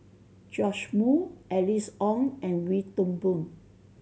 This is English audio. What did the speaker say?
Joash Moo Alice Ong and Wee Toon Boon